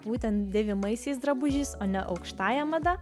būtent dėvimaisiais drabužiais o ne aukštąja mada